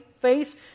face